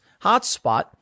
hotspot